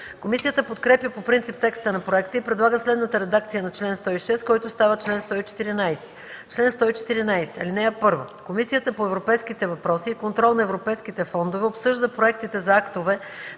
Комисията подкрепя по принцип текста на проекта и предлага следната редакция на чл. 106, който става чл. 114: „Чл. 114. (1) Комисията по европейските въпроси и контрол на европейските фондове обсъжда проектите за актове